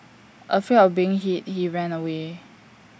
afraid of being hit he ran away